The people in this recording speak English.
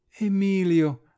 Emilio